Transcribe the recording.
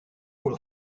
will